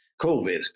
COVID